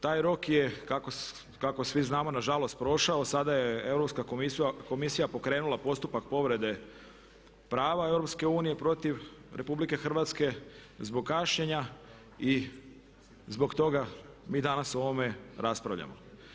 Taj rok je kako svi znamo nažalost prošao, sada je Europska komisija pokrenula postupak povrede prava EU protiv RH zbog kašnjenja i zbog toga mi danas o ovome raspravljamo.